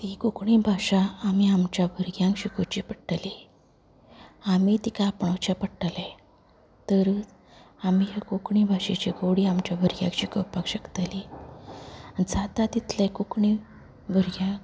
ही कोंकणी भाशा आमी आमच्या भुरग्यांक शिकोवची पडटली आमी तिका पळोवचें पडटलें तर आमी कोंकणी भाशेची गोडी आमच्या भुरग्यांक शिकोवपाक शकतली जाता तितलें कोंकणी भुरग्यांक